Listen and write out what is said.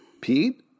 Pete